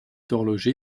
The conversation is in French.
horloger